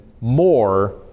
more